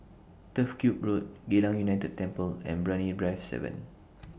Turf Ciub Road Geylang United Temple and Brani Drive seven